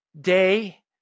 day